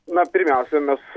na pirmiausia mes